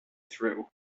through